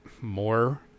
more